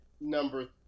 number